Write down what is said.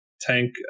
tank